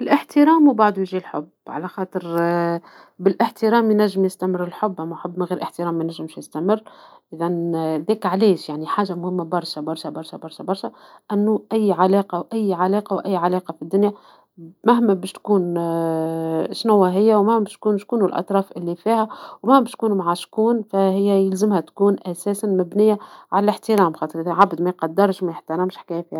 الإحترام وبعض وجه الحب على خاطر بالإحترام ينجم يستمر الحب أما حب من غير إحترام ما نجمش يستمر، إذن ذيك علاش يعني حاجة مهمة برشا-برشا-برشا-برشا-برشا أنو أي علاقة-وأي علاقة وأي علاقة في الدنيا مهما باش تكون شنوا هي وما باش تكون شكونوا الأطراف اللى فيها وما بشتكونوا معشقون فهى يلزمها تكون أساسا مبنية على الإحترام خاطر عبد ميقدرش ميحترمش حكاية.